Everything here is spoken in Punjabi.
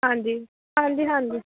ਹਾਂਜੀ ਹਾਂਜੀ ਹਾਂਜੀ